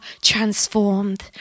transformed